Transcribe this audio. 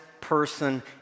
person